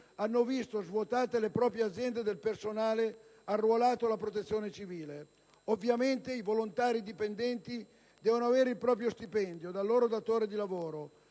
hanno visto svuotate le proprie aziende del personale arruolato alla protezione civile. Ovviamente i volontari dipendenti devono avere il proprio stipendio dal loro datore di lavoro,